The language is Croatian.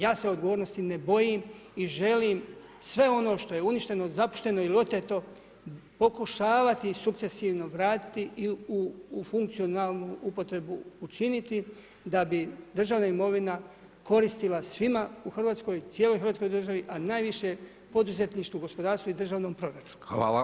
Ja se odgovornosti ne bojim i želim sve ono što je uništeno, zapušteno ili oteto, pokušavati sukcesivno raditi i u funkcionalnu uporabu učiniti da bi državna imovina koristila svima u Hrvatskoj, cijeloj Hrvatskoj državi, a najviše poduzetništvu, gospodarstvu i državnom proračunu.